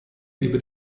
über